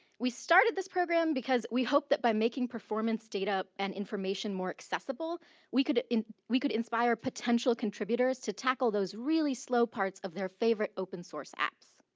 we started this program because we hope that by making performance data and information more accessible we could we could inspire potential contributors to tackle those really slow parts of their favorite open-source apps.